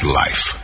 life